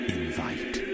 invite